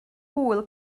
hwyl